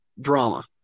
drama